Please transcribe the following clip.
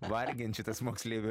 vargint tas moksleivių